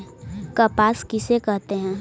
कपास किसे कहते हैं?